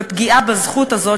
ופגיעה בזכות הזאת,